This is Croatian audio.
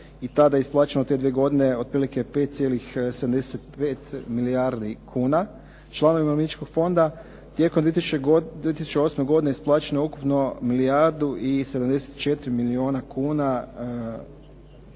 i tada je isplaćeno te dvije godine 5,75 milijardi kuna članovima umirovljeničkog fonda. Tijekom 2008. godine isplaćeno je ukupno milijardu i 74 milijuna kuna